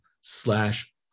slash